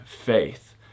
faith